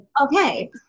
Okay